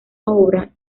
obra